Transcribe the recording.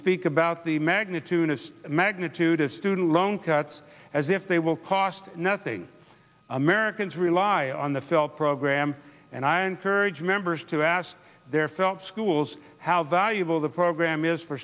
speak about the magnitude of magnitude of student loan cuts as if they will cost nothing americans rely on the fill program and i encourage members to ask their felt schools how valuable the program is for